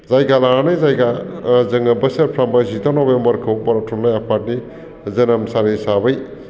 जायगा लानानै जायगा जोङो बोसोरफ्रोमबो जिद' नबेम्बरखौ बर' थुनलाइ आफादनि जोनोम सान हिसाबै